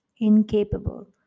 incapable